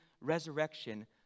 resurrection